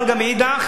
אבל מאידך